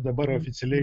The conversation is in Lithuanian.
dabar oficialiai